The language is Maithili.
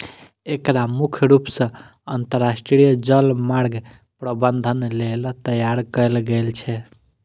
एकरा मुख्य रूप सं अंतरराष्ट्रीय जलमार्ग प्रबंधन लेल तैयार कैल गेल छै